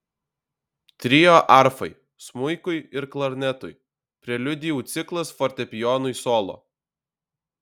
trio arfai smuikui ir klarnetui preliudijų ciklas fortepijonui solo